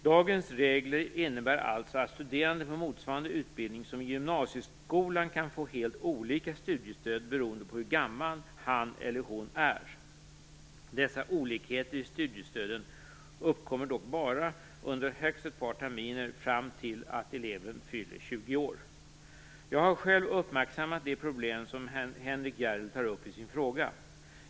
Dagens regler innebär alltså att studerande på motsvarande utbildning som i gymnasieskolan kan få helt olika studiestöd beroende på hur gammal han eller hon är. Dessa olikheter i studiestöden uppkommer dock bara under högst ett par terminer fram till att eleven fyller 20 år. Jag har själv uppmärksammat det problem som Henrik S Järrel tar upp i sin fråga.